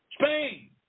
Spain